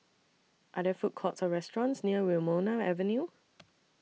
Are There Food Courts Or restaurants near Wilmonar Avenue